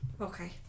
Okay